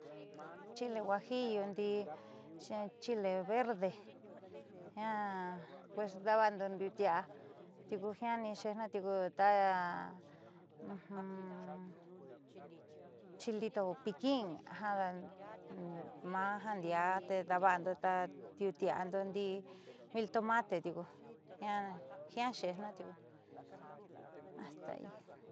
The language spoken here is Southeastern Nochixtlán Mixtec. Chile juajillo ndii xeen chile verde jiaa pues daava'ando ndiuutia'a tiuku jiaani xeejna tiuku ta chilito piquín jada maa ndiaa te daava'ando ta ndiuutia'ando o ndii miltomate tiuku jiaa xe'ejna tiuku.